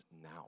now